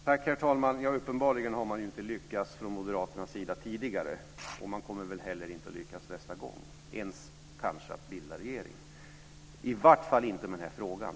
Herr talman! Uppenbarligen har man inte lyckats från Moderaternas sida tidigare, och man kommer väl heller inte att lyckas nästa gång - kanske inte ens med att bilda regering, och i varje fall inte med den här frågan.